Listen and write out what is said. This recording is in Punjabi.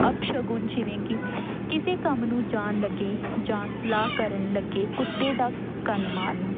ਅਪਸ਼ਗਨ ਜਿਵੇਂ ਕਿ ਕਿਸੇ ਕੰਮ ਨੂੰ ਜਾਣ ਲੱਗੇ ਜਾਂ ਸਲਾਹ ਕਰਨ ਲੱਗੇ ਕੁੱਤੇ ਦਾ ਕੰਨ ਮਾਰਨਾ